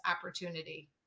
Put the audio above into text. opportunity